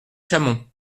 chamond